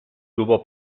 tuvo